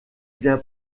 bien